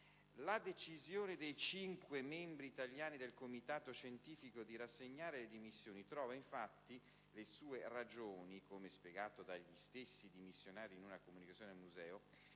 La decisione dei cinque membri italiani del Comitato scientifico di rassegnare le dimissioni trova infatti le sue ragioni - come spiegato dagli stessi dimissionari in una comunicazione al museo